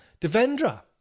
Devendra